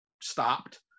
stopped